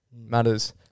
matters